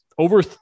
Over